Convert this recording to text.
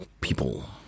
people